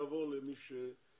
חלק מהכסף יעבור למי שנפגע,